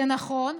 זה נכון,